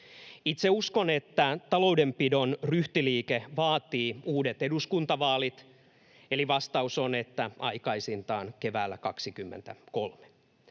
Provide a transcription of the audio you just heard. Itse uskon, että taloudenpidon ryhtiliike vaatii uudet eduskuntavaalit, eli vastaus on, että aikaisintaan keväällä 23.